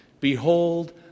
Behold